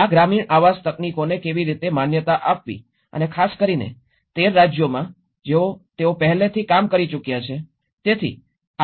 આ ગ્રામીણ આવાસ તકનીકોને કેવી રીતે માન્યતા આપવી અને ખાસ કરીને 13 રાજ્યોમાં જેમાં તેઓ પહેલાથી કામ કરી ચૂક્યા છે